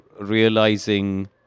realizing